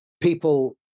people